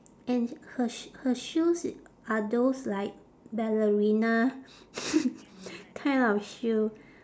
and her sh~ her shoes i~ are those like ballerina kind of shoe